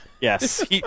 Yes